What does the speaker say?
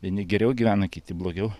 vieni geriau gyvena kiti blogiau